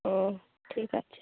ও ঠিক আছে